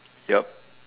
yup